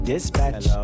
Dispatch